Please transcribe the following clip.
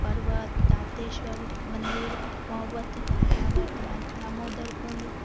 पर्वत दातेश्वर मंदर मोहबत दामोदर कुंड